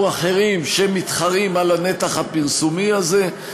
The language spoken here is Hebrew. אחרים שמתחרים על הנתח הפרסומי הזה.